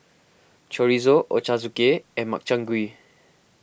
Chorizo Ochazuke and Makchang Gui